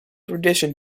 tradition